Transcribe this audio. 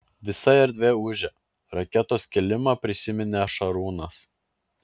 visa erdvė ūžia raketos kilimą prisiminė šarūnas